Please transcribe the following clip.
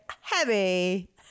heavy